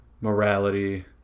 Morality